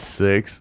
six